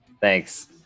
thanks